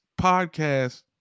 podcast